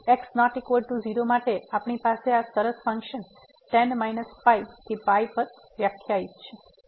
તેથી અહીં x ≠ 0 માટે આપણી પાસે આ સરસ ફંક્શન tan π થી π ઉપર વ્યાખ્યાયિત છે